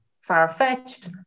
far-fetched